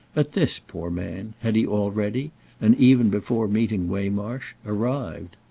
at this, poor man, had he already and even before meeting waymarsh arrived.